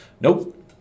Nope